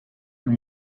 and